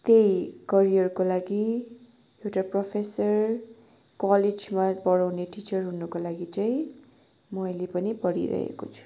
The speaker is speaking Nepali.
त्यही करियरको लागि एउटा प्रोफेसर कलेजमा पढाउने टिचर हुनुको लागि चाहिँ म अहिले पनि पढिरहेको छु